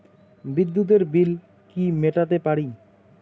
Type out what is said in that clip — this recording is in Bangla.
বিদ্যুতের বিল কি মেটাতে পারি?